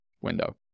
window